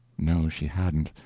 no, she hadn't.